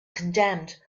condemned